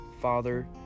father